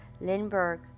Lindbergh